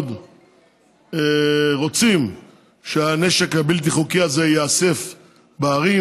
רוצים שהנשק הבלתי-חוקי הזה ייאסף בערים.